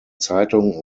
zeitung